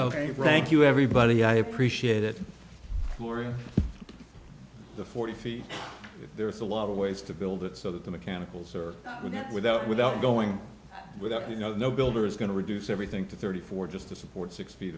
very frank you everybody i appreciate it more in the forty feet there's a lot of ways to build it so that the mechanicals or the net without without going without you know no builder is going to reduce everything to thirty four just to support six feet